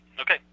Okay